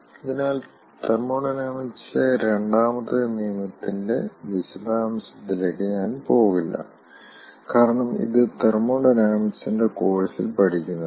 അതിനാൽ തെർമോഡൈനാമിക്സിലെ രണ്ടാമത്തെ നിയമത്തിന്റെ വിശദാംശങ്ങളിലേക്ക് ഞാൻ പോകില്ല കാരണം ഇത് തെർമോഡൈനാമിക്സിന്റെ കോഴ്സിൽ പഠിക്കുന്നതാണ്